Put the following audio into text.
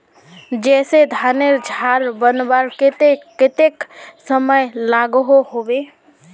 जैसे धानेर झार बनवार केते कतेक समय लागोहो होबे?